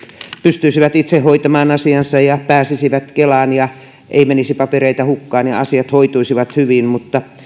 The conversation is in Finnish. pystyisivät itse hoitamaan asiansa ja pääsisivät kelaan eikä menisi papereita hukkaan ja asiat hoituisivat hyvin mutta